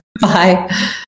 Bye